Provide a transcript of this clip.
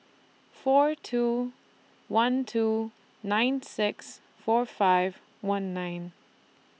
four two one two nine six four five one nine